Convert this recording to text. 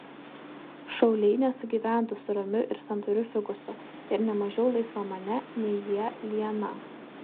šauliai nesugyventų su ramiu ir santūriu fikusu ir ne mažiau laisvamane nei jie liana